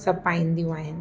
सभु पाईंदियूं आहिनि